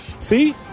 See